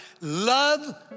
Love